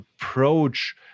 approach